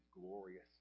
glorious